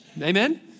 Amen